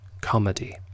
Comedy